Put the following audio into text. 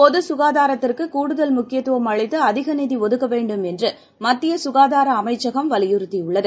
பொதுசுகாதாரத்திற்குகூடுதல் முக்கியத்துவம் அளித்துஅதிகநிதிஒதுக்கவேண்டும் என்றுமத்தியசுகாதாரஅமைச்சகம் வலியுறுத்தியுள்ளது